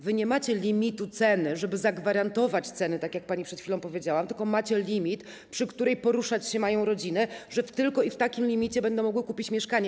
Wy nie macie limitu ceny, żeby zagwarantować ceny, tak jak pani przed chwilą powiedziała, tylko macie limit, w którym poruszać się mają rodziny - tylko w takim limicie będą mogły kupić mieszkanie.